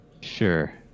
Sure